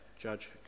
judge